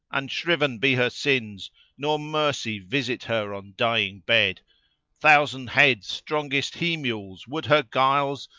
unshriven be her sins nor mercy visit her on dying bed thousand head strongest he mules would her guiles,